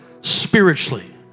spiritually